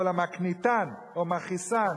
כל המקניטן או מכעיסן,